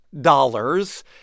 dollars